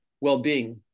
well-being